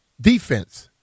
defense